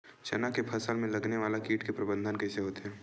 चना के फसल में लगने वाला कीट के प्रबंधन कइसे होथे?